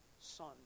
son